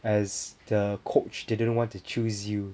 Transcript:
as the coach didn't want to choose you